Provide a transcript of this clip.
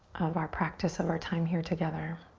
of our practice, of our time here together.